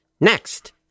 next